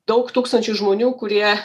daug tūkstančių žmonių kurie